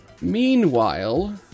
Meanwhile